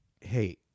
Hey